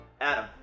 Adam